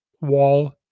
Wall